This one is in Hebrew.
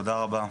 תודה רבה.